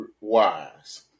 wise